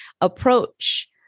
approach